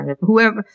whoever